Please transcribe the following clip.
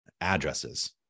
addresses